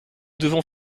devons